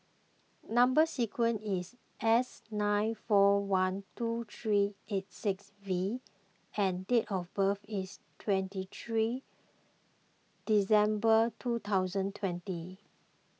Number Sequence is S nine four one two three eight six V and date of birth is twenty three December two thousand twenty